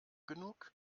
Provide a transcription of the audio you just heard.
genug